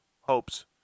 hopes